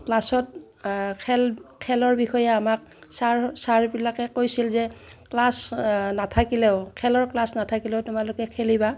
ক্লাছত খেল খেলৰ বিষয়ে আমাক ছাৰ ছাৰবিলাকে কৈছিল যে ক্লাছ নাথাকিলেও খেলৰ ক্লাছ নাথাকিলেও তোমালোকে খেলিবা